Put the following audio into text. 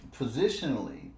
positionally